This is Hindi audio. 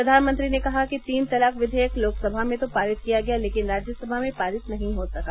प्रधानमंत्री ने कहा कि तीन तलाक विधेयक लोकसभा में तो पारित किया गया लेकिन राज्यसभा में पारित नहीं हो सका